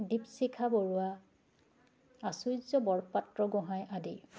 দীপশিখা বৰুৱা আচুৰ্য বৰপাত্ৰ গোঁহাই আদি